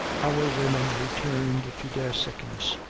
our women returned to their sickness,